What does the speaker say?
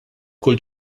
kull